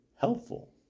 helpful